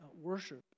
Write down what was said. worship